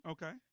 Okay